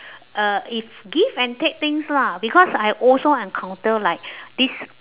uh is give and take things lah because I also encounter like this